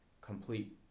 complete